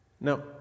Now